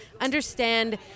understand